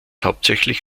hauptsächlich